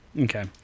Okay